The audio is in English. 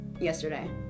yesterday